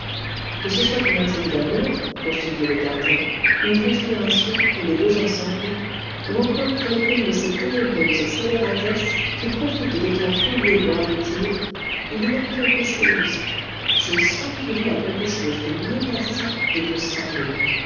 que ce soit une intrigue d'amour poursuivit le gardien une conspiration ou les deux ensemble ou encore quelqu'une de ces ténébreuses scélératesses qui profitent des temps troublés pour aboutir il y a quelque chose je sens qu'il y a quelque chose de menaçant et de sanglant